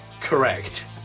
Correct